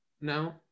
No